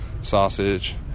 sausage